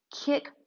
Kick